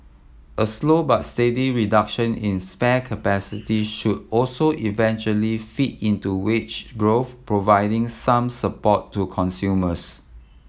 a slow but steady reduction in spare capacity should also eventually feed into which growth providing some support to consumers